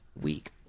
week